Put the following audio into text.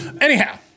Anyhow